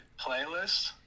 playlist